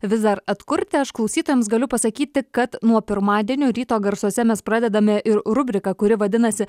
vis dar atkurti aš klausytojams galiu pasakyti kad nuo pirmadienio ryto garsuose mes pradedame ir rubriką kuri vadinasi